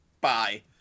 Bye